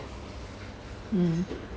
mm